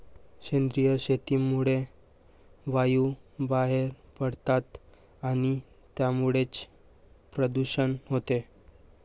सेंद्रिय शेतीमुळे वायू बाहेर पडतात आणि त्यामुळेच प्रदूषण होते